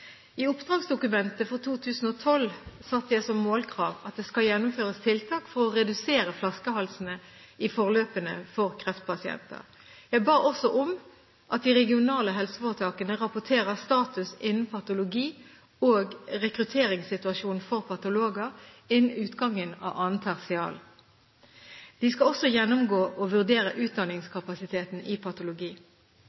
I oppdragsdokumentet for 2012 satte jeg som målkrav at det skal gjennomføres tiltak for å redusere flaskehalsene i forløpene for kreftpasienter. Jeg ba også om at de regionale helseforetakene rapporterer status innen patologi og rekrutteringssituasjonen for patologer innen utgangen av 2. tertial. De skal også gjennomgå og vurdere